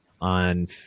on